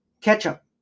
ketchup